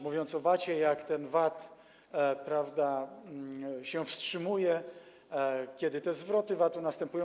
Mówił o VAT, jak ten VAT, prawda, się wstrzymuje, kiedy te zwroty VAT-u następują.